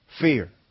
fear